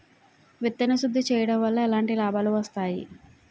విత్తన శుద్ధి చేయడం వల్ల ఎలాంటి లాభాలు వస్తాయి?